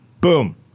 Boom